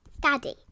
Daddy